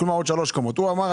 עוד שלוש קומות על הקיים.